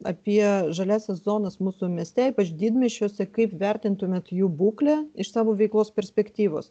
apie žaliąsias zonas mūsų mieste ypač didmiesčiuose kaip vertintumėt jų būklę iš savo veiklos perspektyvos